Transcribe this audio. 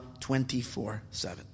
24-7